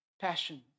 passion